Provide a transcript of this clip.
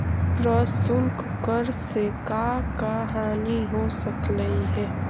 प्रशुल्क कर से का का हानि हो सकलई हे